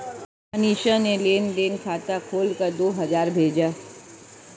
मनीषा ने लेन देन खाता खोलकर दो हजार भेजा